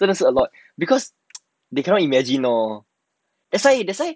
那是 about because they cannot imagine lor that's why that's why